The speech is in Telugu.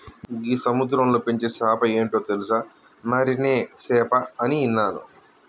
గీ సముద్రంలో పెంచే సేప ఏంటో తెలుసా, మరినే సేప అని ఇన్నాను